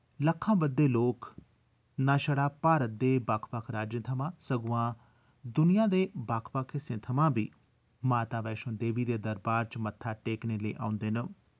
लक्खां बद्धे लोक ना छड़ा भारत दे बक्ख बक्ख राज्य थमां सगुआं दुनिया दे बक्ख बक्ख हिस्सें थमां बी माता वैश्णों देवी दे दरबार च मत्था टेकने लेई औंदे न